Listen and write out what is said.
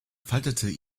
faltete